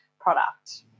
product